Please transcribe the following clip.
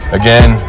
again